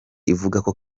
ikavuga